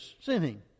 sinning